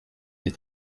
des